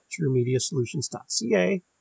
truemediasolutions.ca